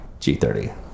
g30